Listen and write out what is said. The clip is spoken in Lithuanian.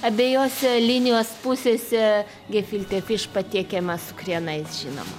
abiejose linijos pusėse gefilte fiš patiekiama su krienais žinoma